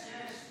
יש.